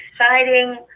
exciting